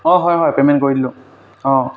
অঁ হয় হয় পে'মেণ্ট কৰি দিলোঁ অঁ